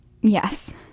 Yes